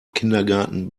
kindergarten